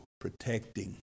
protecting